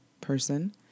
person